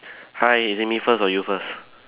hi is it me first or you first